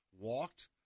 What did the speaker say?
walked